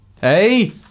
hey